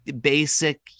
basic